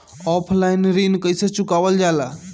Offline ऋण कइसे चुकवाल जाला?